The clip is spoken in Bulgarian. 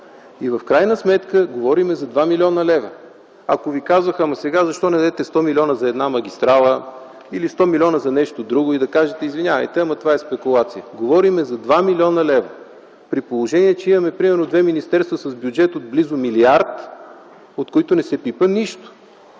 В крайна сметка говорим за 2 млн. лв.! Ако ви казвах: сега защо не дадете 100 милиона за една магистрала или 100 милиона за нещо друго, и да кажете: извинявайте, но това е спекулация! Говорим за 2 млн. лв.! При положение че има примерно две министерства с бюджет от близо милиард, от който не се пипа нищо.